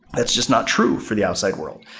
that's just not true for the outside world.